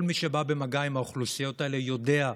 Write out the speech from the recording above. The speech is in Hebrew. כל מי שבא במגע עם האוכלוסיות האלה יודע,